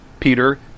Peter